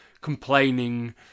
complaining